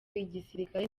igisirikare